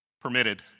Permitted